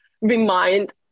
remind